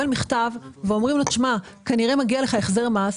מכתב ואומרים לו שכנראה מגיע לו החזר מס,